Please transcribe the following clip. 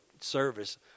service